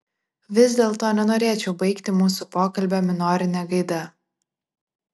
vis dėlto nenorėčiau baigti mūsų pokalbio minorine gaida